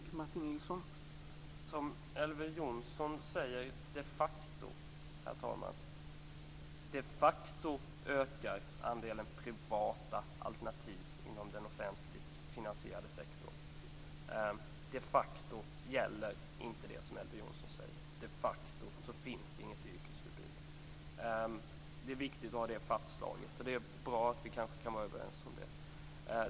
Herr talman! Elver Jonsson säger att "de facto" ökar andelen privata alternativ inom den offentligt finansierade sektorn. De facto gäller inte det som Elver Jonsson säger. De facto finns det inget yrkesförbud. Det är viktigt att få det fastslaget, och det är bra att vi kan vara överens om det.